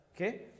okay